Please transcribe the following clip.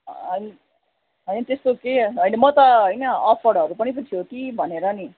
अनि होइन त्यस्तो केही होइन म त होइन अफरहरू पनि पो थियो कि भनेर नि